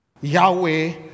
Yahweh